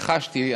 איך חשתי,